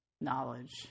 knowledge